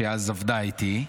שאז עבדה איתי,